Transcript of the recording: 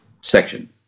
section